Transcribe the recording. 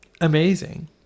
amazing